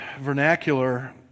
vernacular